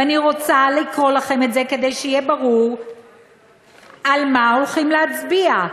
ואני רוצה לקרוא לכם את זה כדי שיהיה ברור על מה הולכים להצביע: